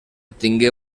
tingué